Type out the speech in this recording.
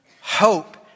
hope